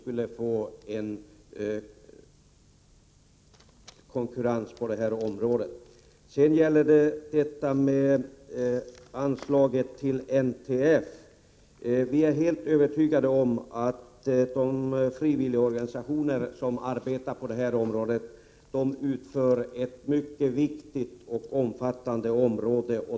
Beträffande anslaget till NTF är vi helt övertygade om att de frivilligorganisationer som arbetar på det här området utför ett mycket viktigt och omfattande arbete.